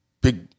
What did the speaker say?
Big